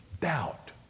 doubt